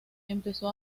empezó